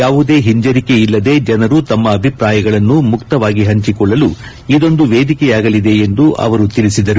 ಯಾವುದೇ ಹಿಂಜರಿಕೆ ಇಲ್ಲದೇ ಜನರು ತಮ್ಮ ಅಭಿಪ್ರಾಯಗಳನ್ನು ಮುಕ್ತವಾಗಿ ಹಂಚಿಕೊಳ್ಳಲು ಇದೊಂದು ವೇದಿಕೆಯಾಗಲಿದೆ ಎಂದು ಅವರು ತಿಳಿಸಿದರು